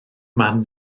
man